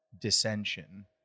dissension